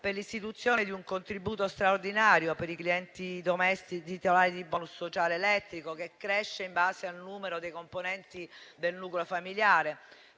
per l'istituzione di un contributo straordinario per i clienti domestici titolari di *bonus* sociale elettrico, che cresce in base al numero dei componenti del nucleo familiare.